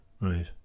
Right